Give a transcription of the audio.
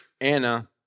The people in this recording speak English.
Anna